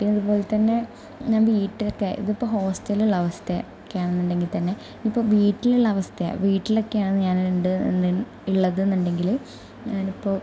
പിന്നെ അതുപോലെതന്നെ ഞാൻ വീട്ടിലൊക്കെ ഇതിപ്പോൾ ഹോസ്റ്റലിലുള്ള അവസ്ഥയൊക്കെയാണെന്നുണ്ടെങ്കിൽ തന്നെ ഇപ്പോൾ വീട്ടിലുള്ള അവസ്ഥയാണ് വീട്ടിലൊക്കെയാണ് ഞാൻ ഉണ്ട് ഉള്ളതെന്നുണ്ടെങ്കിൽ ഞാൻ ഇപ്പോൾ